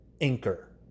Anchor